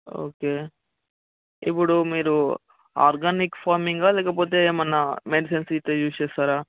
okay ఇప్పుడు మీరు organic ఫార్మింగా లేకపోతే ఏమన్నా మెడిసెన్స్ గిట్లా యూజ్ చేస్తారా